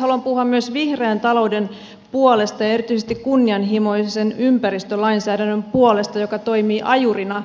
haluan puhua myös vihreän talouden puolesta ja erityisesti kunnianhimoisen ympäristölainsäädännön puolesta joka toimii ajurina